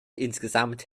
insgesamt